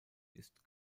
ist